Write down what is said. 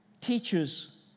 teachers